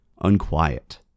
Unquiet